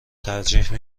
ترجیح